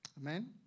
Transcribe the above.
Amen